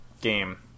game